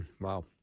Wow